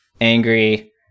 angry